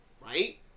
Right